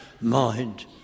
mind